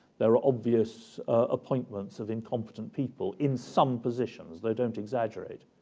there are obvious appointments of incompetent people in some positions. they don't exaggerate.